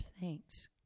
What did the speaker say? thanks